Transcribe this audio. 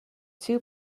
two